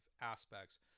aspects